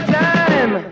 time